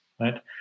right